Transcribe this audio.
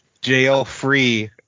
jail-free